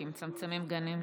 כי מצמצמים גנים.